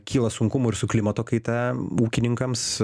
kyla sunkumų ir su klimato kaita ūkininkams